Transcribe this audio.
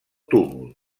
túmul